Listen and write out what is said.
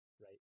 right